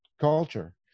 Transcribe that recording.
culture